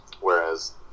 whereas